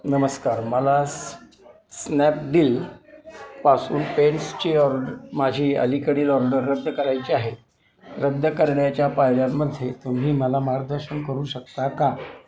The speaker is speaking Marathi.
नमस्कार मला स्नॅपडीलपासून पेट्सची ऑर्ड माझी अलीकडील ऑर्डर रद्द करायची आहे रद्द करण्याच्या पायऱ्यांमध्ये तुम्ही मला मार्गदर्शन करू शकता का